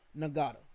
Nagato